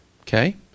okay